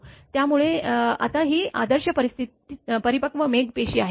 त्यामुळे आता ही आदर्श परिपक्व मेघ पेशी आहे